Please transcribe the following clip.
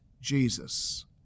Jesus